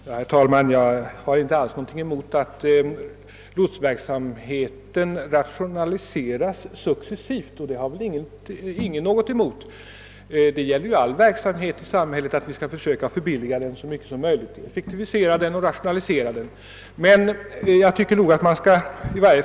Herr talman! Jag har inte alls något emot att lotsverksamheten rationaliseras successivt. Det har väl ingen något att erinra mot. Vi bör ju försöka förbilliga, rationalisera och effektivisera all verksamhet i samhället så mycket som möjligt.